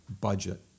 budget